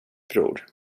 bror